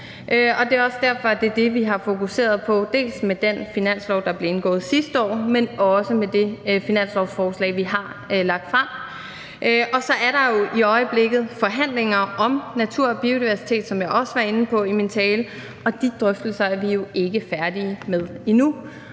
og det er også derfor, at det er det, vi har fokuseret på, dels med den finanslov, der blev indgået sidste år, dels med det finanslovsforslag, vi har lagt frem. Og så er der i øjeblikket forhandlinger om natur og biodiversitet, som jeg også var inde på i min tale, og de drøftelser er vi jo ikke færdige med endnu,